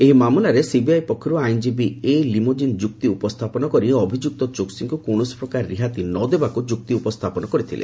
ଏହି ମାମଲାରେ ସିବିଆଇ ପକ୍ଷରୁ ଆଇନ୍ଜୀବୀ ଏ ଲିମୋଜିନ୍ ଯୁକ୍ତି ଉପସ୍ଥାପନ କରି ଅଭିଯୁକ୍ତ ଚୋକ୍ସିଙ୍କୁ କୌଣସି ପ୍ରକାର ରିହାତି ନ ଦେବାକୁ ଯୁକ୍ତି ଉପସ୍ଥାପନ କରିଥିଲେ